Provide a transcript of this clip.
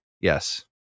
Yes